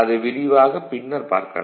அது விரிவாகப் பின்னர் பார்க்கலாம்